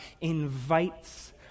invites